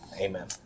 Amen